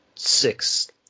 Six